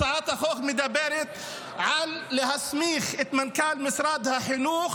הצעת החוק מדברת על להסמיך את מנכ"ל משרד החינוך